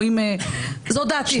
זו דעתי.